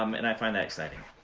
um and i find that exciting.